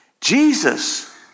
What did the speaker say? Jesus